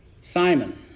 Simon